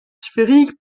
sphérique